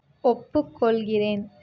ஒப்புக்கொள்கிறேன்